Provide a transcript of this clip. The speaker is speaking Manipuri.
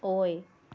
ꯑꯣꯏ